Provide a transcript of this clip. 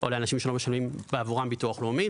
או אנשים שלא משלמים בעבורם ביטוח לאומי.